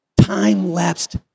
Time-lapsed